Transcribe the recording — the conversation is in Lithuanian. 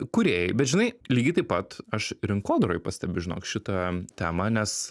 kūrėjai bet žinai lygiai taip pat aš rinkodaroj pastebiu žinok šitą temą nes